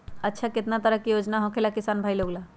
अच्छा कितना तरह के योजना होखेला किसान भाई लोग ला?